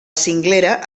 cinglera